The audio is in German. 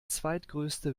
zweitgrößte